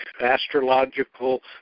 astrological